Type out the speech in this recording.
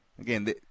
again